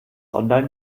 online